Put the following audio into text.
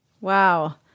wow